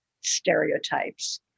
stereotypes